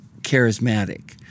charismatic